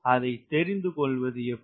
அதை தெரிந்து கொள்வது எப்படி